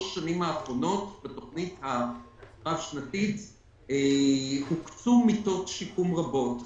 השנים האחרונות בתוכנית הרב-שנתית הוקצו מיטות שיקום רבות.